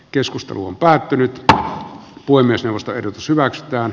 keskusteluun päätynyttä avoimesti vasta ehdotus hyväksytään